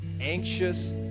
anxious